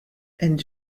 and